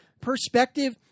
perspective